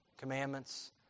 commandments